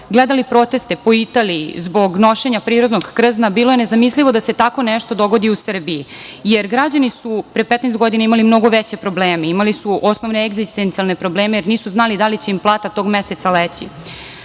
gledali proteste po Italiji zbog nošenja prirodnog krzna, bilo je nezamislivo da se tako nešto dogodi u Srbiji, jer građani su pre 15 godina imali mnogo veće probleme, imali su osnovne egzistencijalne probleme, nisu znali da li će im plata tog meseca leći. Danas